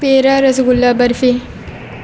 پیرا rasgulla barfi